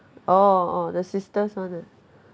orh orh the sisters [one] ah